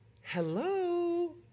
Hello